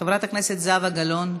חברת הכנסת זהבה גלאון,